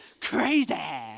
crazy